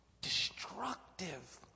destructive